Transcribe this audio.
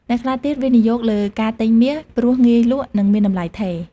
អ្នកខ្លះទៀតវិនិយោគលើការទិញមាស ព្រោះងាយលក់ និងមានតម្លៃថេរ។